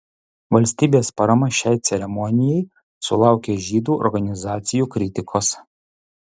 valstybės parama šiai ceremonijai sulaukė žydų organizacijų kritikos